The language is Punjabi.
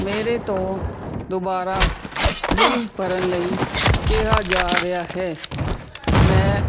ਮੇਰੇ ਤੋਂ ਦੁਬਾਰਾ ਬਿਲ ਭਰਨ ਲਈ ਕਿਹਾ ਜਾ ਰਿਹਾ ਹੈ ਮੈਂ